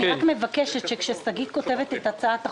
אני רק מבקשת שכאשר שגית אפיק כותבת את הצעת החוק,